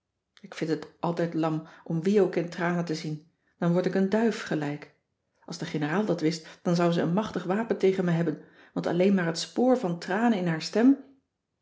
ik vind het altijd lam om wie ook in tranen te zien dan word ik een duif gelijk als de generaal dat wist dan zou ze een machtig wapen tegen me hebben want alleen maar het spoor van tranen in haar stem